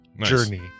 journey